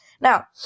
Now